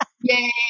Yay